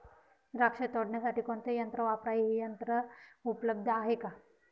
द्राक्ष तोडण्यासाठी कोणते यंत्र वापरावे? हे यंत्र उपलब्ध आहे का?